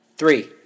Three